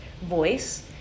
voice